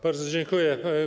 Bardzo dziękuję.